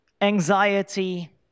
anxiety